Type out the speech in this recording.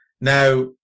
Now